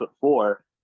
four